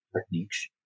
techniques